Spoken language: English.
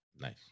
nice